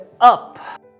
up